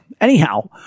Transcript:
anyhow